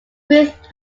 ruth